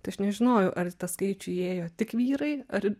tai aš nežinojau ar į tą skaičių įėjo tik vyrai ar